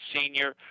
senior